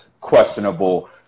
questionable